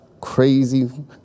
crazy